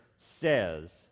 says